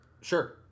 Sure